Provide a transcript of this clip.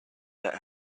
let